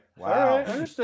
Wow